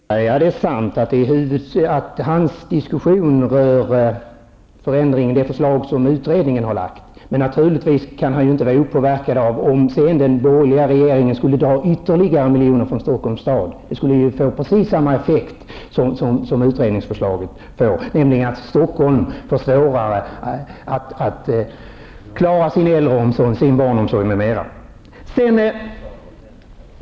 Herr talman! Det är sant att Lennart Rydbergs diskussion rör det förslag som utredningen har lagt fram. Men naturligtvis kan han inte vara opåverkad av om den borgerliga regeringen sedan skulle dra in ytterligare miljoner från Stockholms stad. Det skulle ju få precis samma effekt som utredningsförslaget får, nämligen att Stockholm får svårare att klara sin äldreomsorg, barnomsorg, m.m.